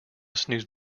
snooze